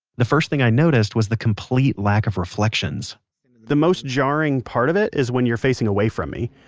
the first thing i noticed was the complete lack of reflections the most jarring part of it is when you're facing away from me.